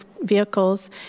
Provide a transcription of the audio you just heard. vehicles